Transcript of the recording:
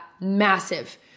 Massive